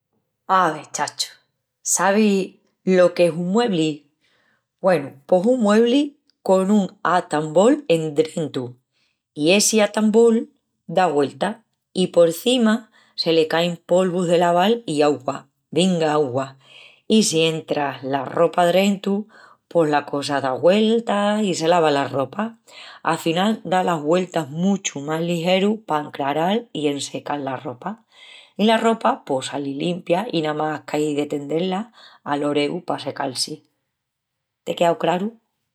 Ave, chacho, sabis lo que'es un muebli? Güenu, pos un muebli con un atambol endrentu. I essi atambol da güeltas. I porcima se le cain polvus de laval i augua, venga augua! I si entras la ropa drentu, pos la cosa da güeltas i se lava la ropa. Afinal da las güeltas muchu más ligeru pa encraral i ensecal la ropa. I la ropa pos sali limpia i namás qu'ai de tendé-la al oreu pa secal-si. Te quea craru?